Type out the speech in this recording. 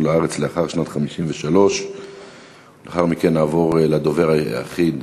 לארץ לאחר שנת 1953. לאחר מכן נעבור לדובר היחיד,